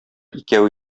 икәү